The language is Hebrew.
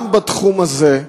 גם בתחום הזה,